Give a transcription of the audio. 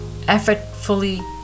effortfully